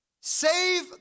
save